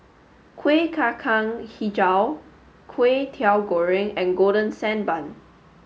Kuih Kacang Hijau Kway Teow Goreng and golden sand bun